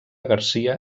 garcia